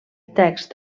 text